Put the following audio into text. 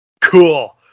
Cool